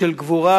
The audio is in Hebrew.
של גבורה,